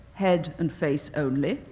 head and face only